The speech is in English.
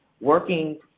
working